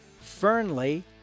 Fernley